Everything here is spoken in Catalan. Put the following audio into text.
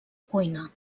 cuina